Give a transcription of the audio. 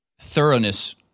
thoroughness